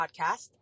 podcast